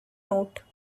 note